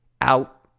out